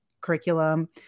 curriculum